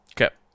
Okay